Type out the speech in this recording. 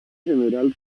general